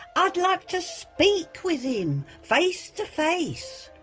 i'd like to speak with him. face to face.